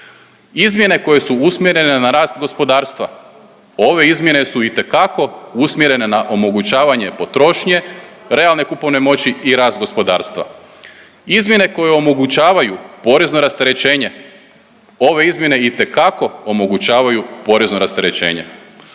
Izmjene koje su usmjere na rast gospodarstva, ove izmjene su itekako usmjerene na omogućavanje potrošnje, realne kupovne moći i rast gospodarstva. Izmjene koje omogućavaju porezno rasterećenje, ove izmjene itekako omogućavaju porezno rasterećenje.